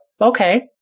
okay